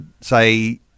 say